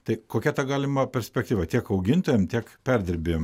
tai kokia ta galima perspektyva tiek augintojam tiek perdirbėjam